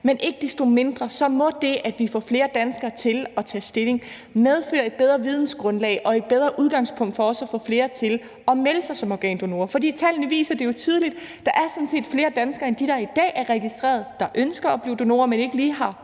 Men ikke desto mindre må det, at vi får flere danskere til at tage stilling, medføre et bedre vidensgrundlag og et bedre udgangspunkt for at få flere til at melde sig som organdonorer. For tallene viser det jo tydeligt: Der er sådan set flere danskere end dem, der i dag er registreret, der ønsker at blive donorer, men de har